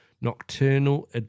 nocturnal